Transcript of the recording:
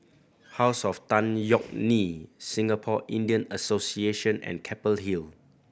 House of Tan Yeok Nee Singapore Indian Association and Keppel Hill